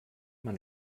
man